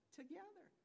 together